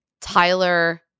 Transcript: Tyler